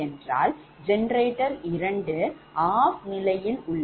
generator 2 OFF நிலையில் உள்ளது